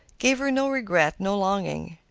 gave her no regret, no longing.